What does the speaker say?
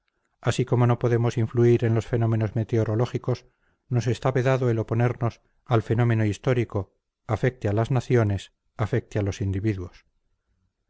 así como no podemos influir en los fenómenos meteorológicos nos está vedado el oponernos al fenómeno histórico afecte a las naciones afecte a los individuos